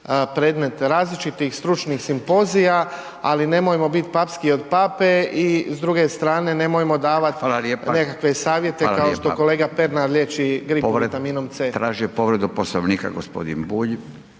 predmet različitih stručnih simpozija, ali nemojmo bit papskiji od pape, i s druge strane nemojmo davat nekakve savjete kao što kolega Pernar liječi gripu vitaminom C. **Radin, Furio (Nezavisni)**